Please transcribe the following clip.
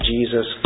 Jesus